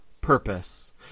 purpose